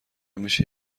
میشه